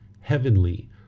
heavenly